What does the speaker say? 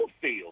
field